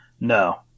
No